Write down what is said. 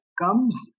comes